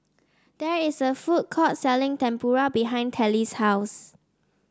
there is a food court selling Tempura behind Telly's house